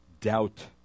doubt